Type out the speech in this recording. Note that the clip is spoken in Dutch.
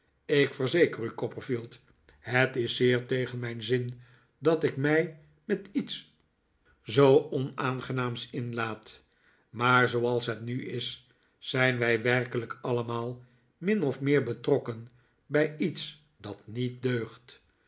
ik verzeker u copperfield het is zeer tegen mijn zin dat ik mij met iets zoo onaangenaams inlaat maar zooals het nil is zijn wij werkelijk allemaal min of meer betrokken bij iets dat niet deugt